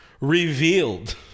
revealed